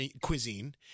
cuisine